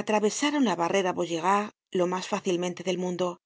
atravesaron la barrera vaugirard lo mas fácilmente del mundo en